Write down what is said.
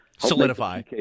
solidify